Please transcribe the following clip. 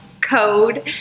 code